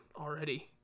already